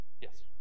Yes